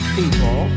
people